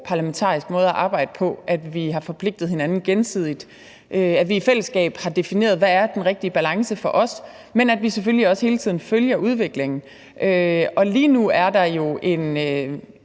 parlamentarisk måde at arbejde på, at vi har forpligtet hinanden gensidigt, at vi i fællesskab har defineret, hvad der er den rigtige balance for os, men at vi selvfølgelig også hele tiden følger udviklingen. Lige nu er der jo en